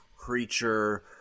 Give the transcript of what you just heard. creature